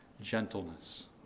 gentleness